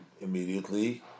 immediately